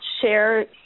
share